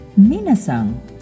Minasang